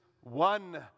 one